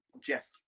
Jeff